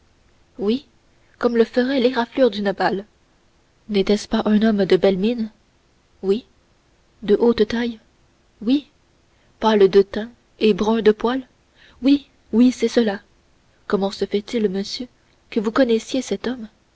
oui comme le ferait l'éraflure d'une balle n'était-ce pas un homme de belle mine oui de haute taille oui pâle de teint et brun de poil oui oui c'est cela comment se fait-il monsieur que vous connaissiez cet homme